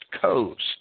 coast